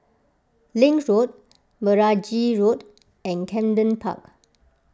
Link Road Meragi Road and Camden Park